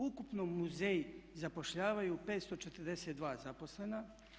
U ukupno muzeji zapošljavaju 542 zaposlena.